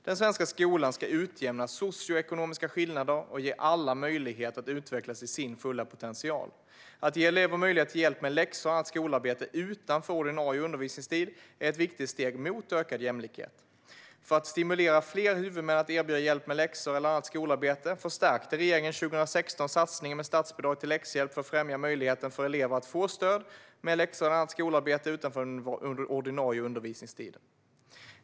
Den svenska skolan ska utjämna socioekonomiska skillnader och ge alla människor möjlighet att utvecklas till sin fulla potential. Att ge elever möjlighet till hjälp med läxor och annat skolarbete utanför ordinarie undervisningstid är ett viktigt steg mot ökad jämlikhet. För att stimulera fler huvudmän att erbjuda hjälp med läxor eller annat skolarbete förstärkte regeringen 2016 satsningen med statsbidrag till läxhjälp för att främja möjligheten för elever att få stöd med läxor eller annat skolarbete utanför den ordinarie undervisningstiden.